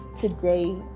today